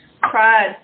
Cried